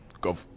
go